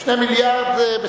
2 מיליארדים,